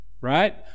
Right